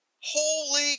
Holy